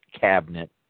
cabinet